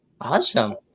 Awesome